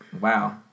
Wow